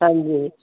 ਹਾਂਜੀ